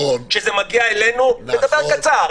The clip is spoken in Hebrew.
כשזה מגיע אלינו: לדבר קצר,